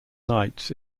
knights